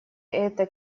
этой